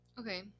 Okay